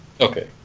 okay